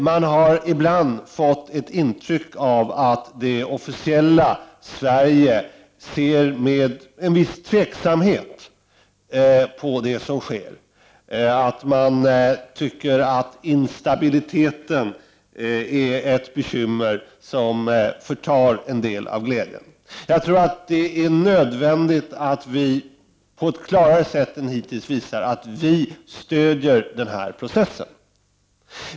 Jag har ibland fått ett intryck av att det officiella Sverige ser med en viss tveksamhet på det som sker, att instabiliteten är ett bekymmer som förtar en del av glädjen. Jag tror att det är nödvändigt att vi i Sverige på ett klarare sätt än hittills visar att vi stödjer denna 7” process.